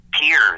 peers